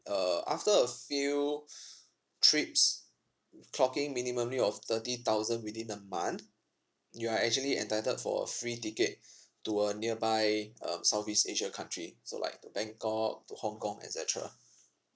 uh after a few trips with clocking minimumly of thirty thousand within a month you are actually entitled for a free ticket to a nearby um southeast asia country so like to bangkok to hong kong et cetera